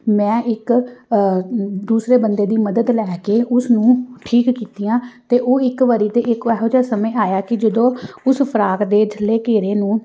ਮੈਂ ਇੱਕ ਦੂਸਰੇ ਬੰਦੇ ਦੀ ਮਦਦ ਲੈ ਕੇ ਉਸ ਨੂੰ ਠੀਕ ਕੀਤੀਆਂ ਅਤੇ ਉਹ ਇੱਕ ਵਾਰੀ ਤਾਂ ਇੱਕ ਇਹੋ ਜਿਹਾ ਸਮੇਂ ਆਇਆ ਕਿ ਜਦੋਂ ਉਸ ਫਰਾਕ ਦੇ ਥੱਲੇ ਘੇਰੇ ਨੂੰ